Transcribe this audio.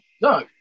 no